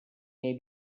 may